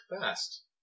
fast